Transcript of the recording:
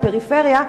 בפריפריה,